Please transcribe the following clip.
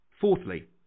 Fourthly